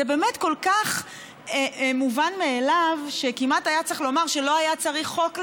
זה באמת כל כך מובן מאליו שכמעט היה צריך לומר שלא היה צריך חוק לזה.